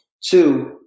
Two